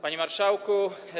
Panie Marszałku!